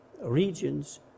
regions